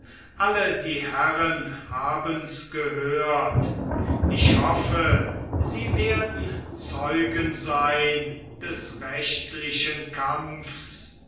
alle die herren habens gehört ich hoffe sie werden zeugen sein des rechtlichen kampfs